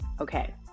Okay